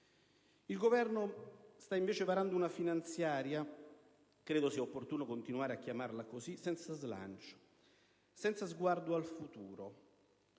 Il Governo sta invece varando una finanziaria - credo sia opportuno continuare a chiamarla così - senza slancio, senza sguardo al futuro,